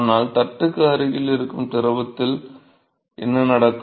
ஆனால் தட்டுக்கு அருகில் இருக்கும் திரவத்திற்கு என்ன நடக்கும்